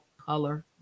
Color